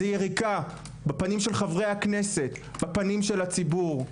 זה יריקה בפנים של חברי הכנסת, בפנים של הציבור.